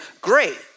great